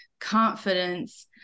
confidence